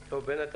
וברח?